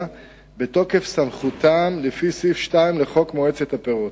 בתוקף סמכותם לפי סעיף 2 לחוק מועצת הפירות.